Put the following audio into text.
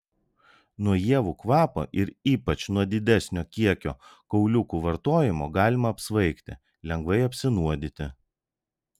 nuo ievų kvapo ir ypač nuo didesnio kiekio kauliukų vartojimo galima apsvaigti lengvai apsinuodyti